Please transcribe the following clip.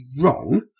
wrong